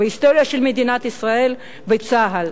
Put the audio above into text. בהיסטוריה של מדינת ישראל, בצה"ל.